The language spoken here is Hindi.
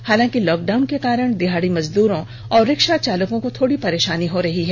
हालांकि लॉकडाउन के कारण दिहाडी मजदूरों और रिक्शा चालकों को थोड़ी परेषानी हो रही है